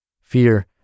Fear